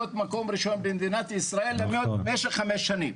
מקום ראשון במדינת ישראל במשך חמש שנים.